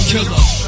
Killer